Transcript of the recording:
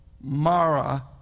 Mara